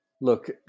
look